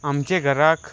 आमचे घराक